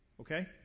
Okay